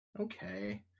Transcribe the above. Okay